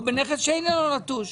או בנכס שאיננו נטוש.